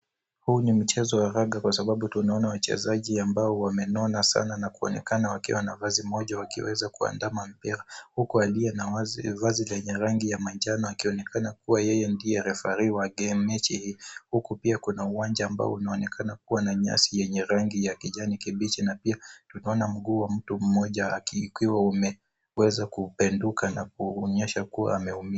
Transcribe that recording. Huu ni mchezo wa raga kwa sababu tunaona wachezaji ambao wamenona saba na kuonekana wakiwa kwa jezi moja wakiweza kuandana mpira huku aliye na vazi lenye rangi ya manjano akionekana kuwa yeye ndio refarii wa mechi hii huku pia kuna uwanja unaonekana kuwa na nyasi yenye rangi ya kijani kibichi na pia tunaona mguu wa mtu mmoja ukiwa umeweza kupenduka na kuonyesha kuwa ameumia.